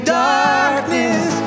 darkness